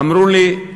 אמרו לי: